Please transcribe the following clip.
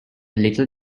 little